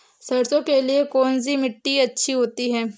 सरसो के लिए कौन सी मिट्टी अच्छी होती है?